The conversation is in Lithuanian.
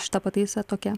šita pataisa tokia